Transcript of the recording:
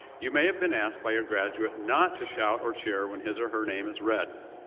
you may have been asked by your graduate not to shout or cheer when his or her name is read.